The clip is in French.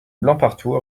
blancpartout